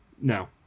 no